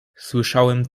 słyszałem